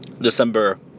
December